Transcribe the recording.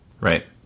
Right